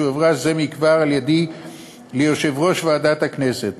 שהועברה זה מכבר על ידי ליושב-ראש ועדת הכנסת.